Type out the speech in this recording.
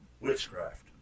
witchcraft